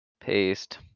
Paste